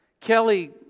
Kelly